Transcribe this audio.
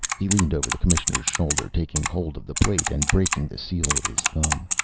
he leaned over the commissioner's shoulder, taking hold of the plate and breaking the seal with his thumb